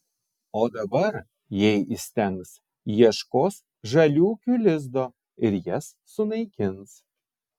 o dabar jei įstengs ieškos žaliūkių lizdo ir jas sunaikins